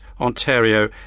Ontario